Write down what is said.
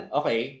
okay